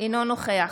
אינו נוכח